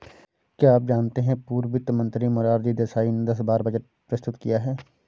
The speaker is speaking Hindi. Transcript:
क्या आप जानते है पूर्व वित्त मंत्री मोरारजी देसाई ने दस बार बजट प्रस्तुत किया है?